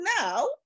now